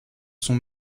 son